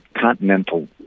continental